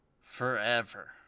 forever